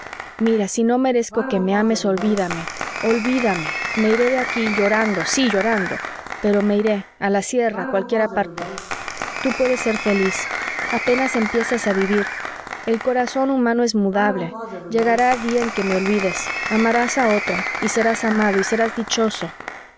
mira si no merezco que me ames olvídame olvídame me iré de aquí llorando sí llorando pero me iré a la sierra a cualquiera parte tú puedes ser feliz apenas empiezas a vivir el corazón humano es mudable llegará día en que me olvides amarás a otra y serás amado y serás dichoso